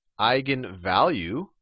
eigenvalue